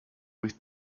with